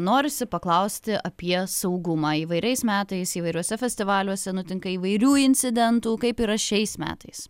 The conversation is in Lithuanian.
norisi paklausti apie saugumą įvairiais metais įvairiuose festivaliuose nutinka įvairių incidentų kaip yra šiais metais